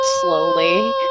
slowly